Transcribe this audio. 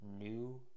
new